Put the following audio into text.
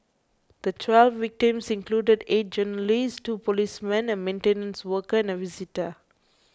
the twelve victims included eight journalists two policemen a maintenance worker and a visitor